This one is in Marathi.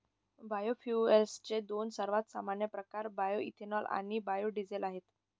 बायोफ्युएल्सचे दोन सर्वात सामान्य प्रकार बायोएथेनॉल आणि बायो डीझेल आहेत